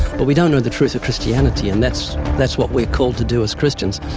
but we don't know the truth of christianity, and that's that's what we're called to do as christians,